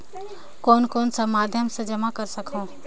कौन कौन सा माध्यम से जमा कर सखहू?